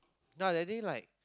ya that day like